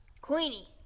Queenie